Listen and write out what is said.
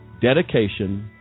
dedication